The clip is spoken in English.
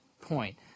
point